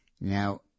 Now